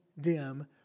dim